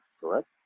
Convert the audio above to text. correct